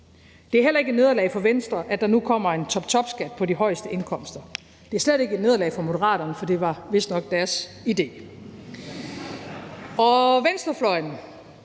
det er heller ikke et nederlag for Venstre, at der nu kommer en toptopskat på de højeste indkomster, og det er slet ikke et nederlag for Moderaterne, for det var vistnok deres ide. Venstrefløjen